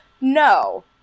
No